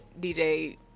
DJ